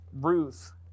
Ruth